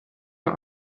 der